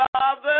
Father